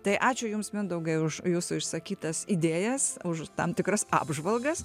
tai ačiū jums mindaugai už jūsų išsakytas idėjas už tam tikras apžvalgas